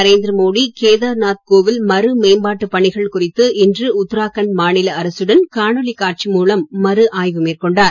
நரேந்திர மோடி கேதார்நாத் கோவில் மறு மேம்பாட்டுப் பணிகள் குறித்து இன்று உத்தராகண்ட் மாநில அரசுடன் காணொளி காட்சி மூலம் மறு ஆய்வு மேற்கொண்டார்